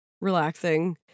relaxing